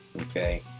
Okay